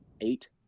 eight